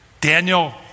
Daniel